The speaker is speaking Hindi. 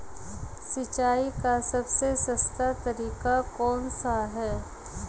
सिंचाई का सबसे सस्ता तरीका कौन सा है?